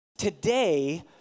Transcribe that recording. Today